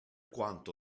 quanto